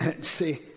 See